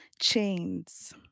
chains